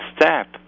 step